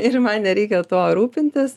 ir man nereikia tuo rūpintis